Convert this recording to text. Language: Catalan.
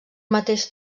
mateix